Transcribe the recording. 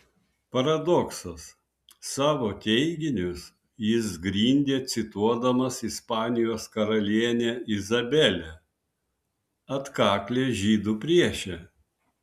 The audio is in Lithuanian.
paradoksas savo teiginius jis grindė cituodamas ispanijos karalienę izabelę atkaklią žydų priešę